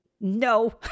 no